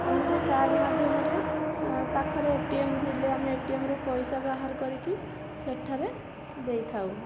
ଆମେ ସେଇ କାର୍ଡ଼ ମାଧ୍ୟମରେ ଅ ପାଖରେ ଏ ଟି ଏମ ଥିଲେ ଆମେ ଏଟିଏମରୁ ପଇସା ବାହାର କରିକି ସେଠାରେ ଦେଇଥାଉ